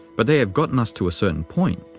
but they have gotten us to a certain point,